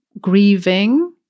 grieving